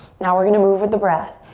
now we're going to move with the breath.